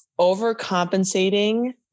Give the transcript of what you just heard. overcompensating